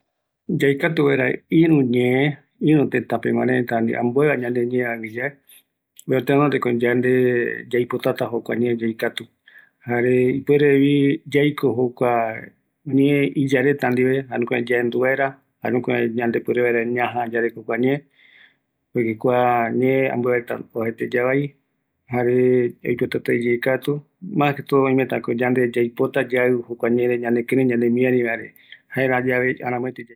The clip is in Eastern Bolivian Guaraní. Yaikatu vaera ïrü ñee, jaeko yaipotata, jare yaikotavi jokua ñee iyaretandive, jayave yaenduta kïraï ojareta, jukuraï yaipokua vaera jare jayave yaikatuta ñee mbuae